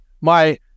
My-